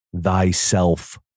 thyself